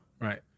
Right